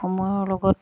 সময়ৰ লগত